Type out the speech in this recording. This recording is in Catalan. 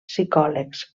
psicòlegs